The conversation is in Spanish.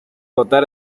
votar